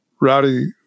Rowdy